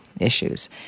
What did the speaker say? issues